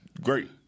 Great